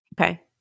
Okay